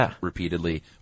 repeatedly